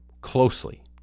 closely